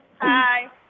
Hi